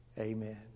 Amen